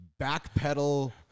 backpedal